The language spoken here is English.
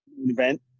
event